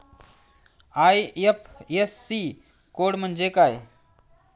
IFSC code म्हणजे काय?